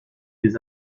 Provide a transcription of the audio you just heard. des